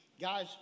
guys